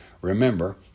Remember